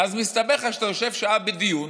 ואז מסתבר לך שאתה יושב שעה בדיון